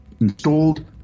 installed